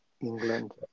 England